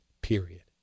period